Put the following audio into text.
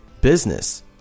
business